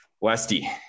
westy